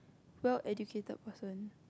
well educated person